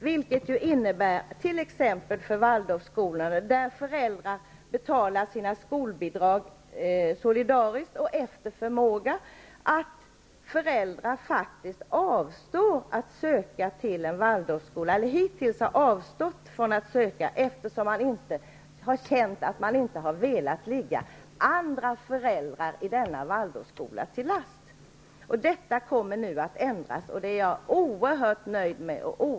Det här innebär t.ex. att föräldrar som vill sätta sina barn i Waldorfskolor, där man betalar sina skolbidrag solidariskt efter förmåga, hittills har avstått från att söka till skolorna då de har känt att de inte har velat ligga andra föräldrar till last. Det kommer nu att ändras. Jag är oerhört nöjd med det.